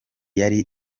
yari